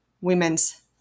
Women's